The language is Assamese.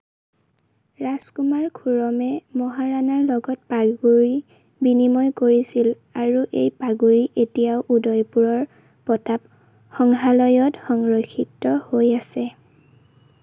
ৰাজকুমাৰ খুৰমে মহাৰাণাৰ লগত পাগুৰি বিনিময় কৰিছিল আৰু এই পাগুৰি এতিয়াও উদয়পুৰৰ প্ৰতাপ সংগ্ৰহালয়ত সংৰক্ষিত হৈ আছে